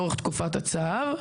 לאורך תקופת הצו,